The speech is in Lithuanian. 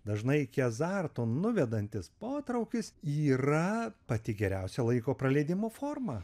dažnai iki azarto nuvedantis potraukis yra pati geriausia laiko praleidimo forma